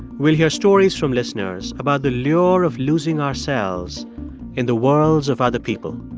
we'll hear stories from listeners about the lure of losing ourselves in the worlds of other people.